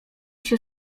się